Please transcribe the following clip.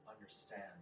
understand